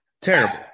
Terrible